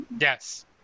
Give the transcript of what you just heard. Yes